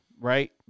right